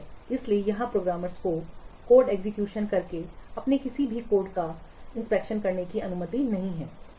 इसलिए यहां प्रोग्रामर्स को कोड एग्जीक्यूशन करके अपने किसी भी कोड का परीक्षण करने की अनुमति नहीं है ठीक है